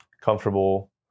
comfortable